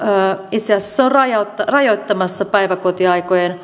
itse asiassa on rajoittamassa päiväkotien